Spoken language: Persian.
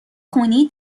خونی